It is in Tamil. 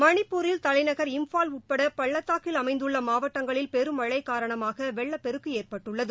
மணிப்பூர் தலைநகர் இம்பால் உட்பட பள்ளத்தாக்கில் அமைந்துள்ள மாவட்டங்களில் பெரு மழை காரணமாக வெள்ளப்பெருக்கு ஏற்பட்டுள்ளது